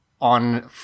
on